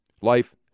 Life